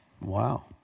Wow